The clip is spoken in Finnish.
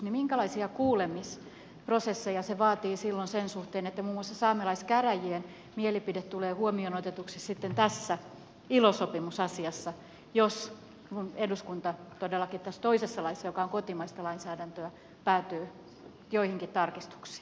minkälaisia kuulemisprosesseja se vaatii silloin sen suhteen että muun muassa saamelaiskäräjien mielipide tulee huomioon otetuksi sitten tässä ilo sopimusasiassa jos eduskunta todellakin tässä toisessa laissa joka on kotimaista lainsäädäntöä päätyy joihinkin tarkistuksiin